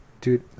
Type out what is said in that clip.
dude